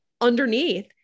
underneath